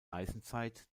eisenzeit